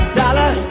dollar